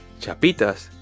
Chapitas